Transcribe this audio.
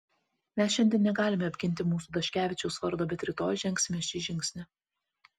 mes šiandien negalime apginti mūsų daškevičiaus vardo bet rytoj žengsime šį žingsnį